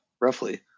roughly